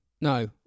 No